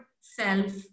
self